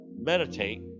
meditate